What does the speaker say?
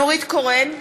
נורית קורן,